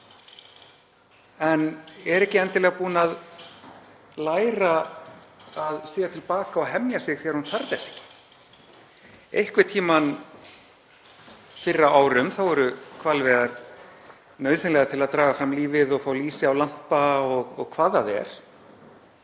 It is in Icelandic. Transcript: en er ekki endilega búin að læra að stíga til baka og hemja sig þegar hún þarf þess ekki. Einhvern tímann fyrr á árum voru hvalveiðar nauðsynlegar til að draga fram lífið og fá lýsi á lampa og hvað það er.